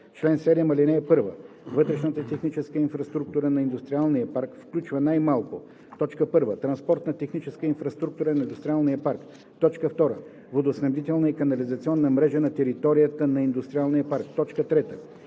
чл. 7: „Чл. 7. (1) Вътрешната техническа инфраструктура на индустриалния парк включва най-малко: 1. транспортна техническа инфраструктура на индустриалния парк; 2. водоснабдителна и канализационна мрежа на територията на индустриалния парк; 3.